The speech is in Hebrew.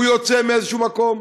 יוצא מאיזשהו מקום,